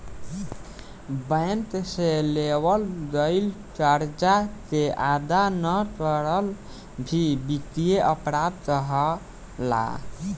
bank से लेवल गईल करजा के अदा ना करल भी बित्तीय अपराध कहलाला